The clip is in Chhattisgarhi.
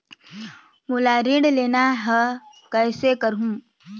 मोला ऋण लेना ह, कइसे करहुँ?